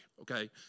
okay